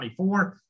24